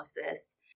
analysis